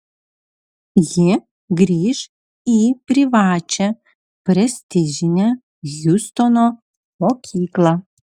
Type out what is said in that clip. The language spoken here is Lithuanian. ji grįš į privačią prestižinę hjustono mokyklą